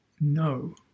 no